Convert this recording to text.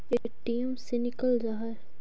ATM से निकल जा है?